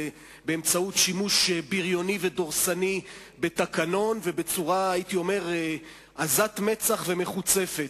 באמצעות שימוש בריוני ודורסני בתקנון ובצורה עזת מצח ומחוצפת.